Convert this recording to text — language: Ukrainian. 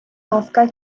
ласка